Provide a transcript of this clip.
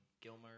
Gilmer